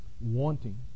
wanting